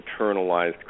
internalized